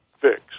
fix